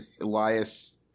Elias